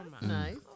Nice